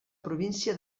província